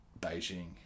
Beijing